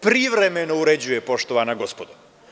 Privremeno uređuje, poštovana gospodo.